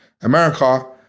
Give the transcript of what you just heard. America